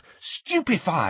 Stupefy